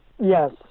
Yes